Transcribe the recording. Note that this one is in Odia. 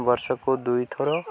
ବର୍ଷକୁ ଦୁଇଥର